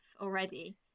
already